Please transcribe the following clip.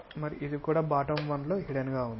ఇది కూడా bottom one లో హిడెన్ గా ఉంది